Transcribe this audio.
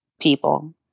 People